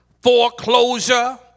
foreclosure